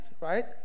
right